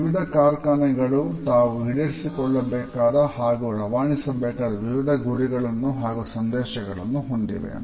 ವಿವಿಧ ಕಾರ್ಖಾನೆಗಳು ತಾವು ಈಡೇರಿಸಿಕೊಳ್ಳಬೇಕಾದ ಹಾಗೂ ರವಾನಿಸಬೇಕಾದ ವಿವಿಧ ಗುರಿಗಳನ್ನು ಹಾಗೂ ಸಂದೇಶಗಳನ್ನು ಹೊಂದಿವೆ